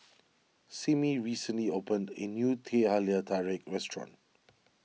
Simmie recently opened a new Teh Halia Tarik restaurant